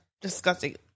Disgusting